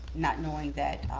not knowing that